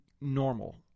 normal